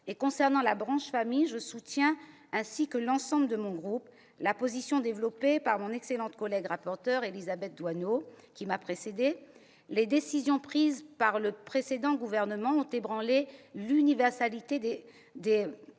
Concernant la branche famille, je soutiens, ainsi que l'ensemble de mon groupe, la position développée précédemment par la rapporteur Élisabeth Doineau. Les décisions prises par le précédent gouvernement ont ébranlé l'universalité des allocations